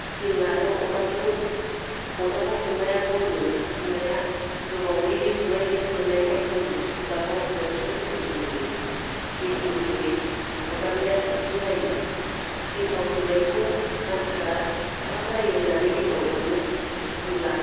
जोङो आरो अरदाबजों अरदाबाव संनाया बनजों संनाया गोबावै संनायबायदि मोननायखाय जों अरदाबाव संनायखौसो गोथावसिन मोनो गेसनिख्रुइ अरदाबनिया साबसिन जायो गेसआव संनायखौ मानसिफोरा थाब जायो होननानै गेसाव सङो होनब्ला